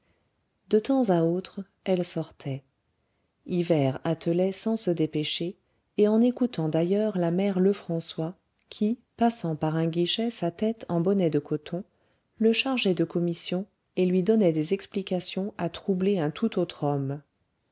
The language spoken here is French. de temps à autre elle sortait hivert attelait sans se dépêcher et en écoutant d'ailleurs la mère lefrançois qui passant par un guichet sa tête en bonnet de coton le chargeait de commissions et lui donnait des explications à troubler un tout autre homme